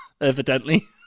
evidently